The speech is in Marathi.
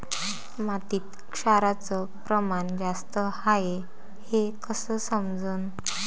मातीत क्षाराचं प्रमान जास्त हाये हे कस समजन?